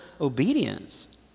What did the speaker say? obedience